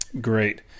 Great